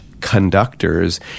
conductors